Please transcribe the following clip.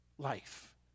Life